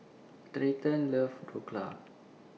Treyton loves Dhokla